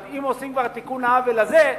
אבל אם עושים כבר תיקון לעוול הזה,